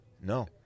No